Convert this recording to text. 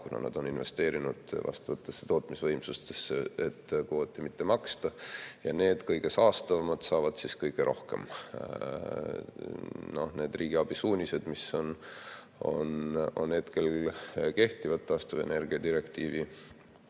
kuna nad on investeerinud vastavatesse tootmisvõimsustesse, et kvooti mitte maksta. Ja need kõige saastavamad saavad kõige rohkem. Need riigiabi suunised, mis on hetkel kehtivad, taastuvenergia direktiivi